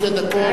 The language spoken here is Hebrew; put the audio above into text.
חמש דקות.